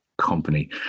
company